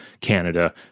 Canada